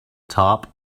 top